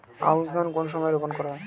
আউশ ধান কোন সময়ে রোপন করা হয়?